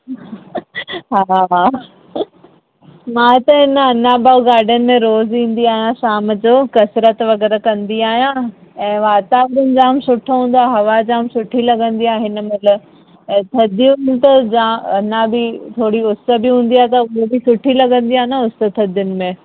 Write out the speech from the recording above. हा हा मां त हिन अनाबाग गाडन में रोज़ु ईंदी आहियां शाम जो कसरत वग़ैरह कंदी आहियां ऐं वातावरण जाम सुठो हूंदो आहे हवा जाम सुठी लॻंदी आहे हिन महिल ऐं थदि में त जाम अञा बि थोड़ी उस बि हूंदी आहे त उहो बि सुठी लॻंदी आहे न उस थदियुनि में